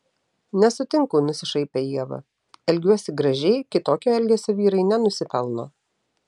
nesutinku nusišaipė ieva elgiuosi gražiai kitokio elgesio vyrai nenusipelno